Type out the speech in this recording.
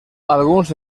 alguns